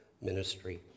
ministry